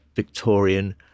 Victorian